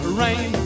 rain